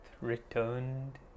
returned